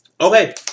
Okay